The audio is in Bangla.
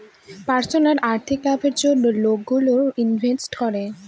পার্সোনাল আর্থিক লাভের জন্য লোকগুলো ইনভেস্ট করে